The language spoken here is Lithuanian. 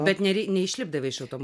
bet nerei neišlipdavai iš automobilio